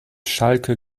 schalke